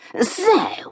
So